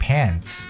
Pants